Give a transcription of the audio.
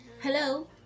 Hello